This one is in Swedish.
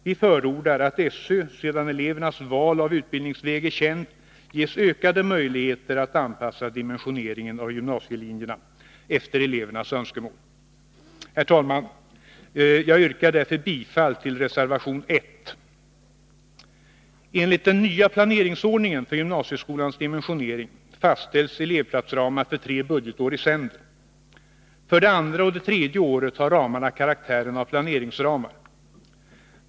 Vi förordar att SÖ, sedan elevernas val av utbildningsväg är känt, ges ökade möjligheter att anpassa dimensioneringen av gymnasielinjerna efter elevernas önskemål. Herr talman! Jag yrkar därför bifall till reservation 1. fastställs elevplatsramarna för tre budgetår i sänder. För det andra och det tredje året har ramarna karaktären av planeringsramar.